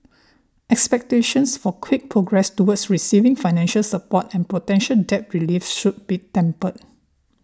expectations for quick progress toward receiving financial support and potential debt relief should be tempered